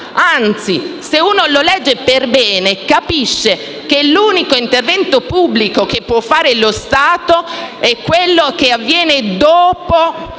anzi, se la si legge per bene si capisce che l'unico intervento pubblico che può fare lo Stato è quello che avviene dopo